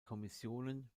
kommissionen